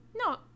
No